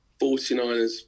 49ers